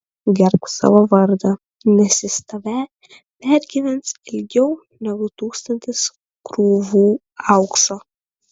gerbk savo vardą nes jis tave pergyvens ilgiau negu tūkstantis krūvų aukso